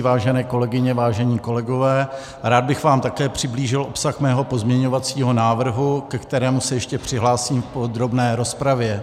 Vážené kolegyně, vážení kolegové, rád bych vám také přiblížil obsah svého pozměňovacího návrhu, ke kterému se ještě přihlásím v podrobné rozpravě.